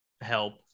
help